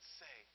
say